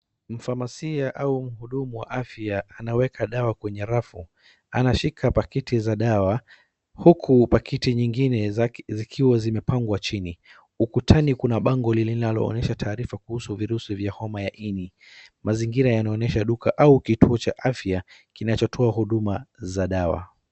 Mfamasia au mhudumu wa afya anaweka dawa kwenye rafu. Anashika pakiti za dawa huku pakiti nyingine zikiwa zimepangwa chini. Ukutani kuna bango linalo onyesha taarifa kuhusu virusi vya homa ya ini. Mazingira yanaonyesha duka au kituo chas afya kinacho toa huduma za dawa.